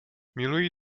miluji